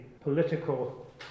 political